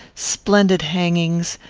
splendid hangings,